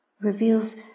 reveals